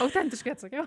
autentiškai atsakiau